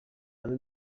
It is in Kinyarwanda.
hanze